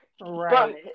Right